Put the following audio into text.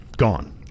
gone